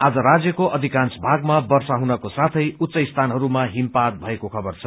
आज राज्यको अध्कांश भागमा वर्षा हुनका साथै उच्च स्थानहरूामा हिमपात भएको खबर छ